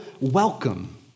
welcome